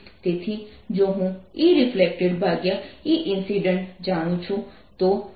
તેથી જો હું EreflectedEincident જાણું છું તો થઈ ગયું છે